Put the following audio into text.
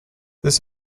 this